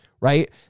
right